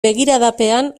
begiradapean